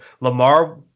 Lamar